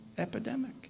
epidemic